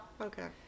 Okay